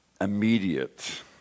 immediate